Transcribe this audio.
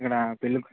ఇకడా పెళ్ళి కుతురు